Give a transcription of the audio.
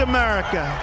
America